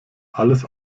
alles